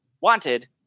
wanted